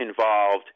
involved